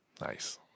Nice